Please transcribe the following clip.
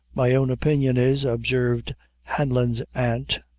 my own opinion is, observed hanlon's aunt,